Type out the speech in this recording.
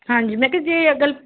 ਹਾਂਜੀ ਮੈਂ ਕਿਹਾ ਜੇ ਅਗਰ